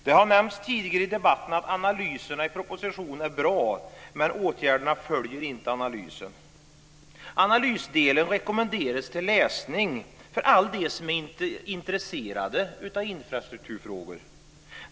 Det har nämnts tidigare i debatten att analyserna i propositionen är bra, men åtgärderna följer inte analysen. Analysdelen rekommenderas till läsning för alla de som är intresserade av infrastrukturfrågor.